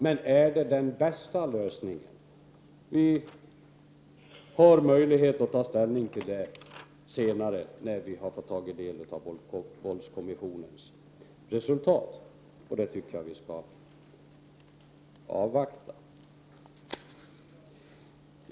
Men är det den bästa lösningen? Vi har möjlighet att ta ställning till denna fråga senare, när vi har fått ta del av våldskommissionens resultat. Det skall vi avvakta.